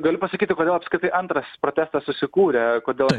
galiu pasakyti kodėl apskritai antras protestas susikūrė kodėl